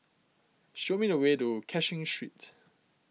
show me the way to Cashin Street